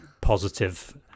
positive